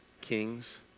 kings